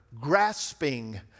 grasping